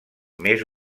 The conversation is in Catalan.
més